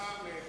לשר לאיכות